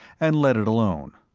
and let it alone.